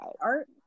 art